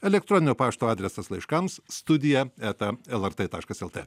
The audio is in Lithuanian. elektroninio pašto adresas laiškams studija eta lrt taškas lt